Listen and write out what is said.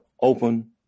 open